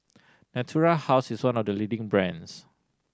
Natura House is one of the leading brands